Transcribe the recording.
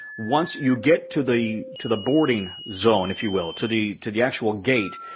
once you get to the to the boarding zone, if you will, to the to the actual gate,